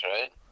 right